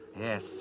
Yes